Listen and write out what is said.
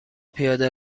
پیاده